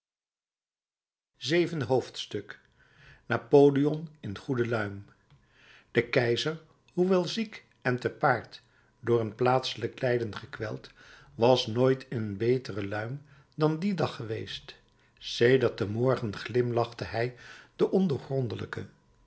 zevende hoofdstuk napoleon in goede luim de keizer hoewel ziek en te paard door een plaatselijk lijden gekweld was nooit in een betere luim dan dien dag geweest sedert den morgen glimlachte hij de